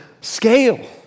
scale